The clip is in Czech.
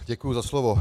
Děkuji za slovo.